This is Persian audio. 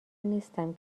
نیستم